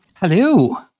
hello